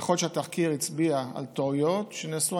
ויכול להיות שהתחקיר הצביע על טעויות שנעשו,